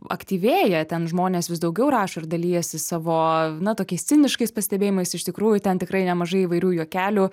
aktyvėja ten žmonės vis daugiau rašo ir dalijasi savo na tokiais ciniškais pastebėjimais iš tikrųjų ten tikrai nemažai įvairių juokelių